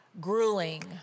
grueling